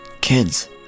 kids